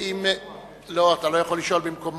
ואם, לא, אתה לא יכול לשאול במקומו.